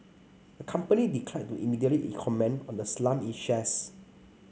the company declined to immediately in comment on the slump in shares